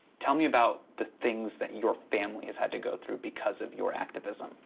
tell me about the things that your family has had to go through because of your activism.